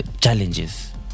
challenges